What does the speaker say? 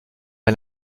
est